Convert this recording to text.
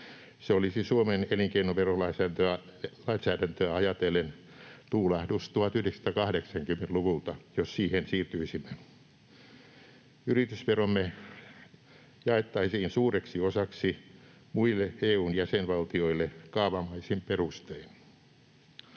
Se olisi Suomen elinkeinoverolainsäädäntöä ajatellen tuulahdus 1980-luvulta, jos siihen siirtyisimme. Yritysveromme jaettaisiin suureksi osaksi muille EU:n jäsenvaltioille kaavamaisin perustein.